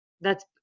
thats